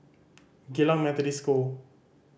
Geylang Methodist School